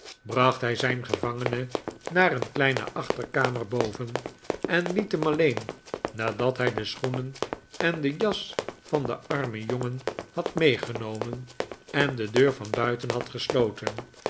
bracht hij zijn gevangene'naar een kleine achterkamer boven en liet hem alleen nadat hij de schoenen en de jas van den armen jongen had meegenomen en de deur van buiten had gesloten